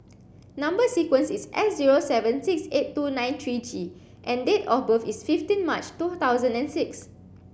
number sequence is S zero seven six eight two nine three G and date of birth is fifteen March two thousand and six